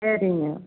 சரிங்க